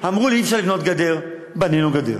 אמרו לי שאי-אפשר לבנות גדר, בנינו גדר.